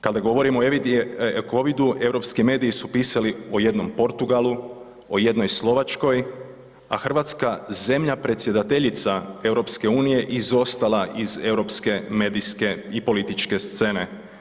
Kada govorimo o covidu, europski mediji su pisali o jednom Portugalu, o jednoj Slovačkoj, a RH zemlja predsjedateljica EU je izostala iz europske medijske i političke scene.